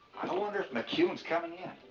wonder if mcquown's coming in.